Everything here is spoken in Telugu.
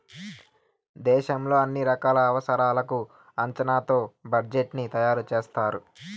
దేశంలో అన్ని రకాల అవసరాలకు అంచనాతో బడ్జెట్ ని తయారు చేస్తారు